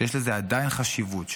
שעדיין יש לזה חשיבות,